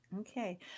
Okay